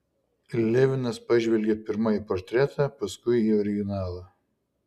levinas pažvelgė pirma į portretą paskui į originalą